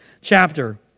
chapter